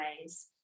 ways